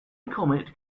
comet